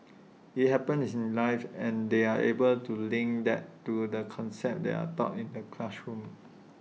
IT happens is in life and they're able to link that to the concepts that are taught in the classroom